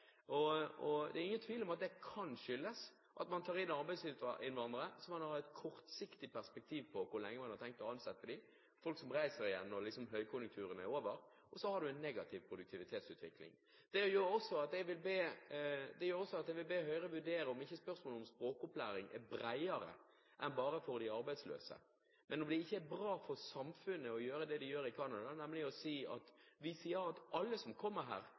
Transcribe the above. Det er ingen tvil om at det kan skyldes at man tar inn arbeidsinnvandrere der man har et kortsiktig perspektiv på hvor lenge man har tenkt å ansette dem, folk som reiser igjen når høykonjunkturen er over – og så har man en negativ produktivitetsutvikling. Det gjør også at jeg vil be Høyre vurdere om ikke spørsmålet om språkopplæring bør være bredere enn bare for de arbeidsløse, og om det ikke er bra for samfunnet å gjøre det de gjør i Canada, nemlig å si at alle som kommer hit, skal få hjelp til språkopplæring, sånn at alle